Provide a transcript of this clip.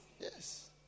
Yes